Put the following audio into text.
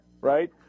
Right